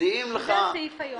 שזה הסעיף היום.